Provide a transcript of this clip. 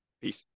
Peace